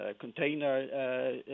container